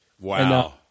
Wow